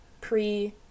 pre